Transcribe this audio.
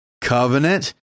covenant